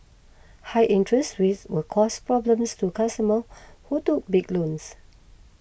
high interest rates will cause problems to customers who took big loans